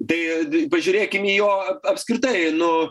tai pažiūrėkim į jo apskritai nu